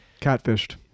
catfished